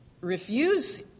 refuse